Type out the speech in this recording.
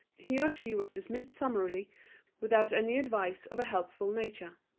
he or she was dismissed summarily without any advice of a helpful nature.